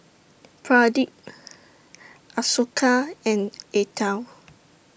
Pradip Ashoka and Atal